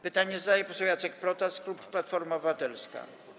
Pytanie zadaje poseł Jacek Protas, klub Platforma Obywatelska.